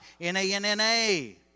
N-A-N-N-A